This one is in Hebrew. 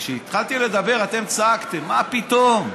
וכשהתחלתי לדבר אתם צעקתם: מה פתאום,